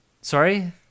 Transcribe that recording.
sorry